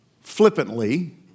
flippantly